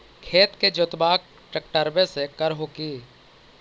खेत के जोतबा ट्रकटर्बे से कर हू की?